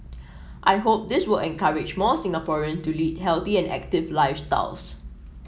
I hope this will encourage more Singaporean to lead healthy and active lifestyles